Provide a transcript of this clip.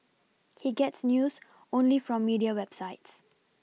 he gets news only from media websites